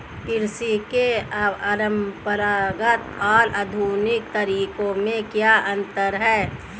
कृषि के परंपरागत और आधुनिक तरीकों में क्या अंतर है?